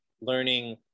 learning